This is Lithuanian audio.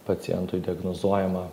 pacientui diagnozuojama